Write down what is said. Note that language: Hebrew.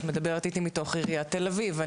את מדברת איתי מתוך עיריית תל אביב,